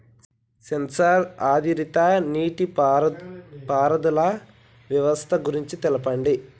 Censor ఆధారిత నీటిపారుదల వ్యవస్థ గురించి తెల్పండి?